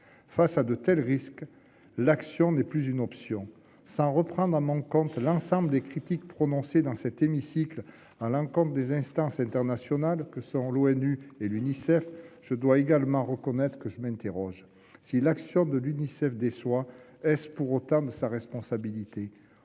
Face à de tels risques, l'action n'est plus une option ! Je ne reprendrai pas à mon compte l'ensemble des critiques formulées dans cet hémicycle contre les instances internationales que sont l'ONU et l'Unicef, mais je dois également reconnaître que je m'interroge. Si l'action de l'Unicef déçoit, est-ce pour autant de sa responsabilité ?